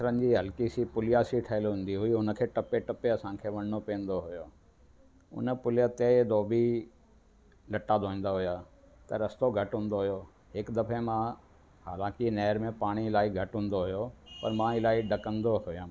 पथरनि जी हलकी सी पुलिया सी ठहियल हूंदी हुई उनखे टपे टपे असांखे वञिणो पवंदो हुयो उन पुलीअ ते धोबी लटा धोईंदा हुया त रस्तो घटि हूंदो हुयो हिकु दफ़े मां हालांकि नेहर में पाणी इलाही घटि हूंदो हुयो पर मां इलाही ॾकंदो हुयुमि